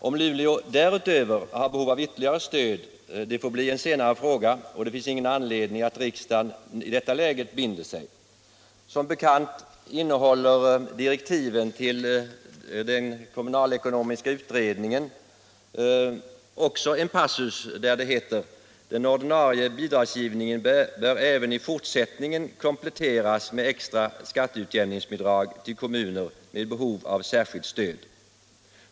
Om Luleå därutöver har behov av ytterligare stöd får bli en senare fråga, och det finns ingen anledning för riksdagen att binda sig i detta läge. Direktiven till den kommunalekonomiska utredningen innehåller ock så en passus där det heter att den ordinarie bidragsgivningen även i E fortsättningen bör kompletteras med extra skatteutjämningsbidrag till kommuner med behov av särskilt stöd.